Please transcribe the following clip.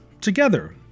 together